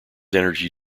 energy